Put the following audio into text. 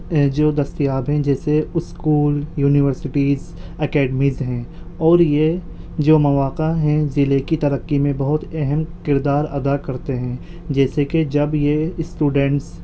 جو دستیاب ہیں جیسے اسکول یونیورسیٹیز اکیڈمیز ہیں اور یہ جو مواقع ہیں ضلعے کی ترقی میں بہت اہم کردار ادا کرتے ہیں جیسے کہ جب یہ اسٹوڈینٹس